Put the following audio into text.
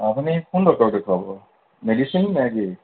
আপুনি কোন ডক্টৰক দেখুৱাব মেডিচিন নে কি